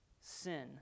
sin